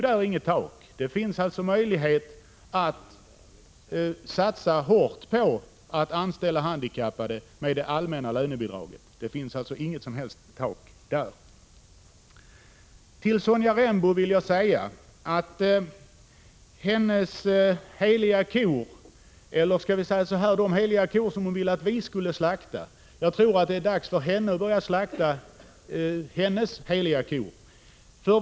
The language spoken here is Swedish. Det finns alltså möjlighet att satsa hårt på att anställa handikappade med hjälp av det allmänna lönebidraget. Sonja Rembo ville att vi skulle slakta en del heliga kor. Jag tror emellertid att det är dags för Sonja Rembo att börja slakta sina heliga kor.